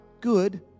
good